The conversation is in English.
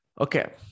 okay